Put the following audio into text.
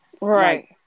Right